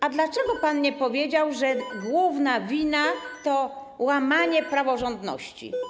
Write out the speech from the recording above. A dlaczego pan nie powiedział, że główna wina to łamanie praworządności?